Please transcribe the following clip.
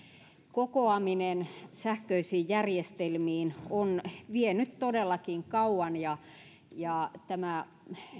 kokoaminen sähköisiin järjestelmiin on vienyt todellakin kauan ja ja tämä